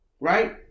right